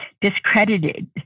discredited